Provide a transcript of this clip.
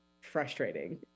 frustrating